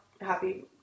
happy